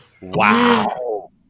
Wow